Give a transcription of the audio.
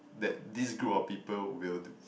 that this group of people will